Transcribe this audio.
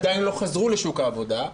עדיין לא חזרו לשוק העבודה.